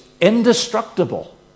indestructible